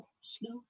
slow